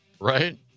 right